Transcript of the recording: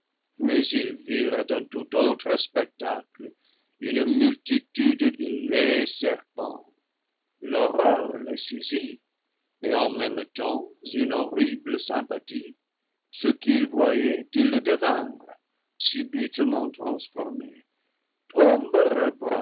mais ils virent un tout autre spectacle une multitude de laids serpents l'horreur les saisit et en même temps une horrible sympathie ce qu'ils voyaient ils le devinrent subitement transformés tombent